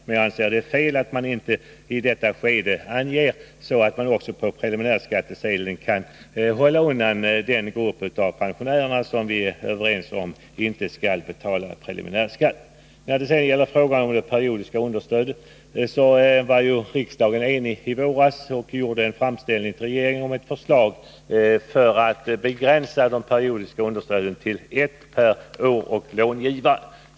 Men jag anser att det är fel att i detta skede inte ange detta, så att man redan via preliminärskattesedeln kan hålla undan den grupp av pensionärer som enligt vad vi är överens om inte skall betala preliminärskatt. När det gäller det periodiska understödet var riksdagen i våras enig om en framställningen om ett förslag för att begränsa de periodiska understöden till ett per år och bidragsgivare.